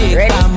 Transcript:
ready